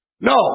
No